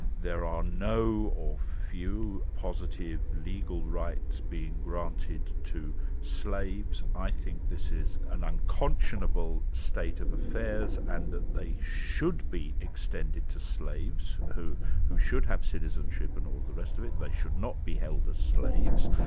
there are no or few positive legal rights being granted to slaves i think this is an unconscionable state of affairs and that they should be extended to slaves, who who should have citizenship and all the rest of it they should not be held as slaves.